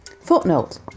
Footnote